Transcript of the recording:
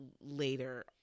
later